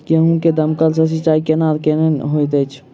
गेंहूँ मे दमकल सँ सिंचाई केनाइ केहन होइत अछि?